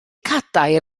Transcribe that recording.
cadair